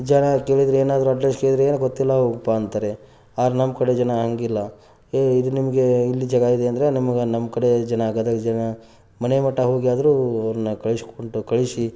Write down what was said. ಜನ ಕೇಳಿದರೆ ಏನಾದರೂ ಅಡ್ರೆಸ್ ಕೇಳಿದರೆ ಏನು ಗೊತ್ತಿಲ್ಲ ಹೋಗಪ್ಪಾ ಅಂತಾರೆ ಆದ್ರೆ ನಮ್ಮ ಕಡೆ ಜನ ಹಂಗಿಲ್ಲ ಏ ಇದು ನಿಮಗೆ ಇಲ್ಲಿ ಜಾಗ ಇದೆ ಅಂದರೆ ನಿಮಗೆ ನಮ್ಮ ಕಡೆ ಜನ ಗದಗದ ಜನ ಮನೆ ಮಠ ಹೋಗಿ ಆದರೂ ಅವ್ರನ್ನು ಕಳಿಸ್ಕೊಂಡು ಕಳಿಸಿ